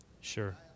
Sure